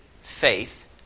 faith